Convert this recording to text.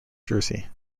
jersey